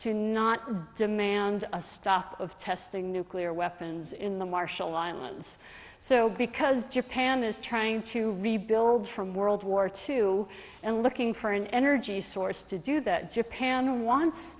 to not demand a stop of testing nuclear weapons in the marshall islands so because japan is trying to rebuild from world war two and looking for an energy source to do that japan